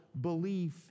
belief